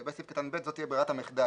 שלגבי סעיף קטן (ב) זו תהיה ברירת המחדל,